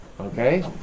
Okay